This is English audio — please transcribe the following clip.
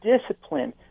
discipline